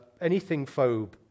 anything-phobe